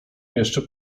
jeszcze